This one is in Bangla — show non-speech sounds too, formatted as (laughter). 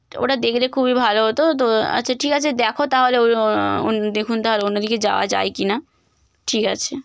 ওটা দেখলে খুবই ভালো হতো তো আচ্ছা ঠিক আছে দেখো তাহলে (unintelligible) দেখুন তাহলে অন্যদিকে যাওয়া যায় কিনা ঠিক আছে